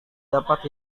dapat